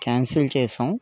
cancel చేసాం